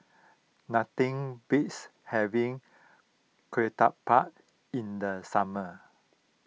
nothing beats having Ketupat in the summer